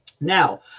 Now